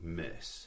miss